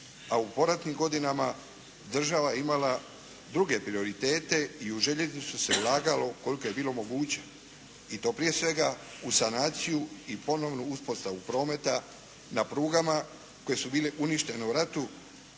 a u poratnim godinama država je imala druge prioritete i u željeznicu se ulagalo koliko je bilo moguće i to prije svega u sanaciju i ponovnu uspostavu prometa na prugama koje su bile uništene u ratu